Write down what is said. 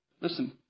Listen